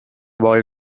ball